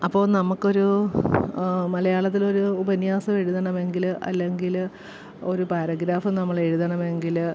അപ്പോൾ നമുക്കൊരു മലയാളത്തിലൊരു ഉപന്യാസം എഴുതണമെങ്കിൽ അല്ലെങ്കിൾ ഒരു പാരഗ്രാഫ് നമ്മളെഴുതണമെങ്കിൽ